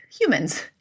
humans